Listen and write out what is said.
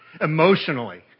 emotionally